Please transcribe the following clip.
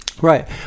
Right